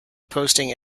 posting